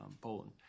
Poland